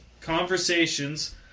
conversations